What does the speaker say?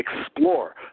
explore